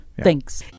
thanks